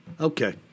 Okay